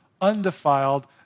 undefiled